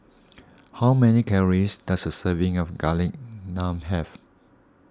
how many calories does a serving of Garlic Naan have